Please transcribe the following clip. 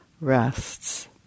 rests